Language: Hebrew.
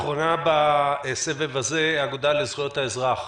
אחרונה בסבב היא האגודה לזכויות האזרח.